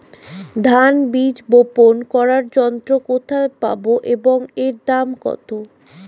ধান বীজ রোপন করার যন্ত্র কোথায় পাব এবং এর দাম কত?